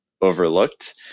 overlooked